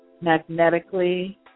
magnetically